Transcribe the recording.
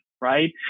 right